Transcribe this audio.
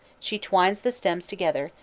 she twines the stems together,